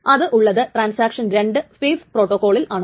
അത് ഉള്ളത് transaction 2 phase പ്രോട്ടോക്കോളിൽ ആണ്